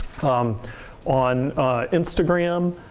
um on instagram,